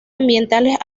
ambientales